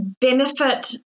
benefit